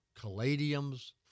Caladiums